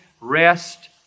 rest